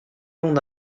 l’on